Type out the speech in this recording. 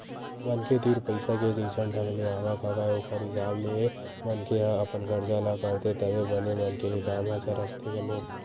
मनखे तीर पइसा के जइसन ढंग ले आवक हवय ओखर हिसाब ले मनखे ह अपन खरचा ल करथे तभे बने मनखे के काम ह सरकथे घलोक